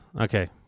Okay